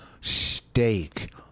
steak